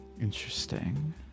Interesting